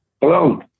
Hello